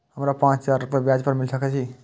हमरा पाँच हजार रुपया ब्याज पर मिल सके छे?